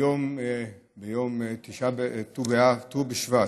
היום ט"ו בשבט.